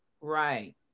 Right